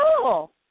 cool